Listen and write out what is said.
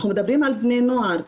אנחנו מדברים על בני נוער,